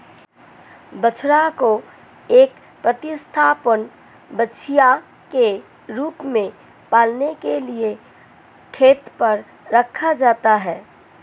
बछड़ा को एक प्रतिस्थापन बछिया के रूप में पालने के लिए खेत पर रखा जाता है